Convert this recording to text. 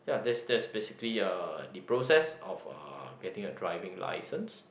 ya that's that's basically uh the process of uh getting a driving license